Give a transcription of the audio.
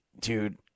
Dude